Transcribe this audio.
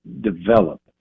develop